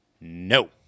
No